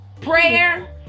prayer